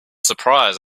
surprised